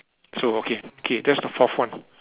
so okay K that's the fourth one